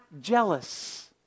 jealous